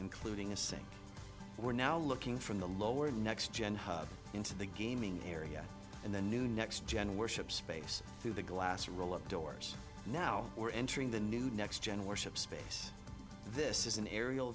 including a say we're now looking from the lower next gen hub into the gaming area and the new next gen worship space through the glass roll up doors now we're entering the new next gen worship space this is an aerial